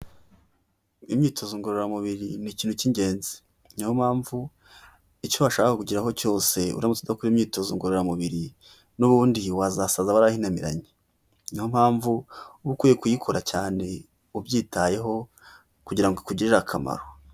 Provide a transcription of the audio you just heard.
Imyitozo ngororamubiri ni ikintu cy'ingenzi. Niyo mpamvu icyo washaka kugeraho cyose uramutse udakora imyitozo ngororamubiri n'ubundi wazasaza warahinamiranye, ni yo mpamvu uba ukwiye kuyikora cyane ubyitayeho kugira ngo ikugirire akamaro.